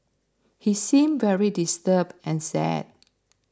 he seemed very disturbed and sad